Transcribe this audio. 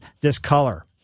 discolor